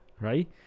right